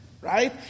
right